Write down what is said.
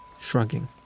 shrugging